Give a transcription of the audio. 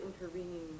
intervening